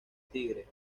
tigre